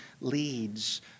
leads